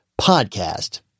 podcast